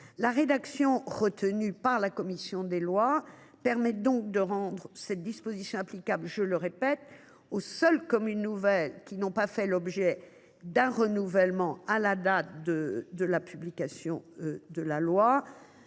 La rédaction retenue par la commission des lois permet donc – je le répète – de rendre cette disposition applicable aux seules communes nouvelles qui n’ont pas fait l’objet d’un renouvellement à la date de la publication de la loi.